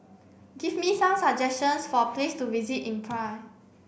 give me some suggestions for place to visit in Praia